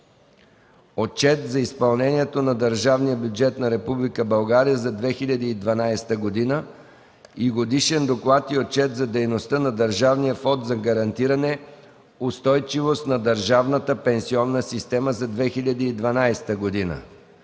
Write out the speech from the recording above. Отчет за изпълнението на държавния бюджет на Република България за 2012 г. и Годишен доклад и отчет за дейността на Държавния фонд за гарантиране устойчивост на държавната пенсионна система за 2012 г.